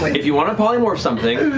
if you want to polymorph something,